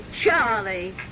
Charlie